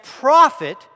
profit